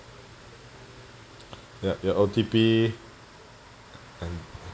ya ya O_T_P and